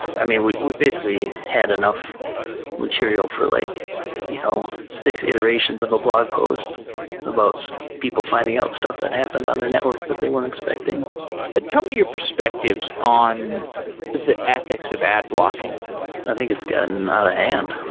i mean, we we basically had enough material for like you know six iterations of a blog post about people finding out stuff that happened on their network that they weren't expecting tell me your perspectives on the ethics of ad blocking i think it's gotten out of hand.